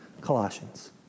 Colossians